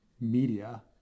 media